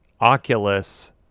Oculus